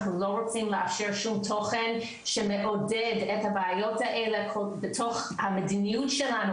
אנחנו לא רוצים לאשר שום תוכן שמעודד את הבעיות אלה בתוך המדיניות שלנו,